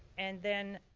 and then,